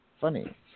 funny